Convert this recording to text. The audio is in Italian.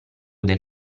del